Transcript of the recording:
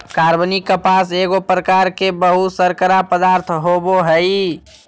कार्बनिक कपास एगो प्रकार के बहुशर्करा पदार्थ होबो हइ